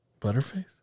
Butterface